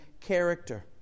character